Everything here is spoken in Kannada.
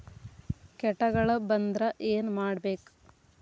ಕೇಟಗಳ ಬಂದ್ರ ಏನ್ ಮಾಡ್ಬೇಕ್?